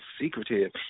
secretive